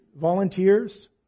volunteers